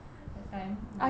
that time my